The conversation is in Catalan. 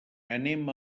anem